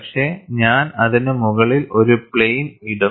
പക്ഷെ ഞാൻ അതിന് മുകളിൽ ഒരു പ്ലെയിൻ ഇടും